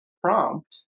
prompt